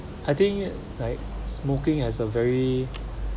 I think like smoking as a very